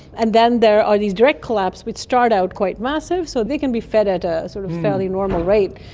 and then there are these direct collapse which start out quite massive, so they can be fed at a sort of fairly normal rate.